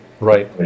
right